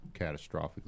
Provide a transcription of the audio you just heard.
catastrophically